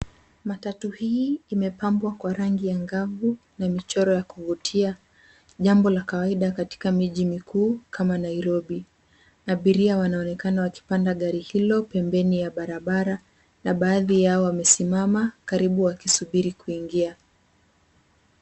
Matatu hii imepambwa kwa rangi angavu na michoro ya kuvutia, jambo la kawaida katika miji mikuu kama Nairobi. Abiria wanaonekana wakipanda gari hilo pembeni ya barabara na baadhi yao wamesimama karibu wakisubiri kuingia.